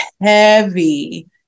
heavy